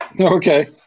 Okay